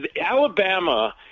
Alabama